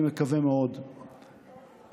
אני מקווה מאוד שהוועדה,